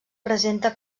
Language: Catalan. presenta